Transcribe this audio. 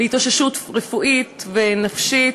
להתאוששות רפואית ונפשית,